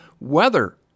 weather